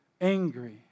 angry